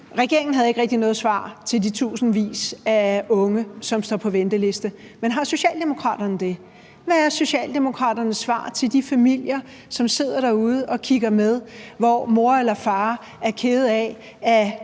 Regeringen havde ikke rigtig noget svar til de tusindvis af unge, som står på venteliste. Men har Socialdemokraterne det? Hvad er Socialdemokraternes svar til de familier, som sidder derude og kigger med, hvor mor eller far er kede af, at